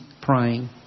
praying